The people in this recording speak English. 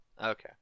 Okay